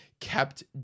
kept